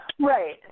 Right